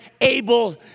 Abel